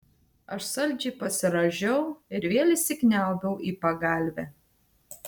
aš saldžiai pasirąžiau ir vėl įsikniaubiau į pagalvę